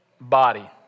Body